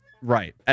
Right